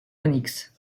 onyx